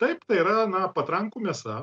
taip tai yra na patrankų mėsa